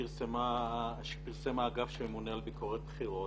שפרסם האגף שממונה על ביקורת בחירות,